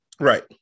Right